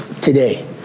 today